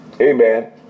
Amen